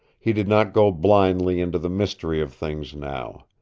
he did not go blindly into the mystery of things now.